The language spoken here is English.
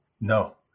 no